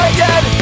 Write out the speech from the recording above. Again